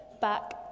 back